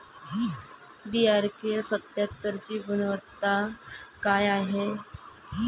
DRK सत्यात्तरची गुनवत्ता काय हाय?